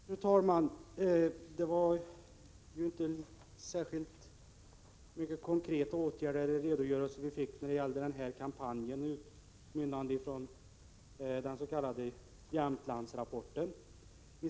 Fru talman! Det var ju inte särskilt mycket konkret i den redogörelse vi fick om kampanjen som den s.k. Jämtlandsrapporten har utmynnat i.